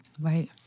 Right